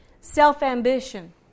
self-ambition